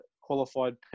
qualified